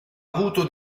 avuto